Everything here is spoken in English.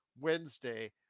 Wednesday